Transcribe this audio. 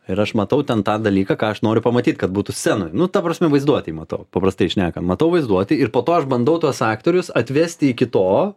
ir aš matau ten tą dalyką ką aš noriu pamatyt kad būtų scenoj nu ta prasme vaizduotėj matau paprastai šnekam matau vaizduotėj ir po to aš bandau tuos aktorius atvesti iki to